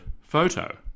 photo